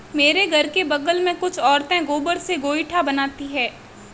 मेरे घर के बगल में कुछ औरतें गोबर से गोइठा बनाती है